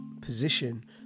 position